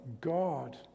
God